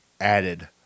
added